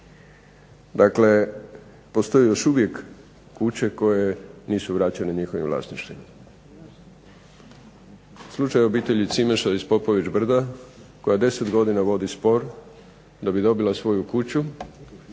Dakle, postoje još uvijek kuće koje nisu vraćene njihovim vlasnicima. Slučaj obitelji Cimeša iz Popović Brda koja 10 godina vodi spor da bi dobila svoju kuću,